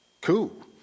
cool